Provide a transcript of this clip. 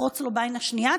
יקרוץ לו בעין השנייה,